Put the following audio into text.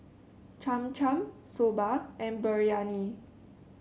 Cham Cham Soba and Biryani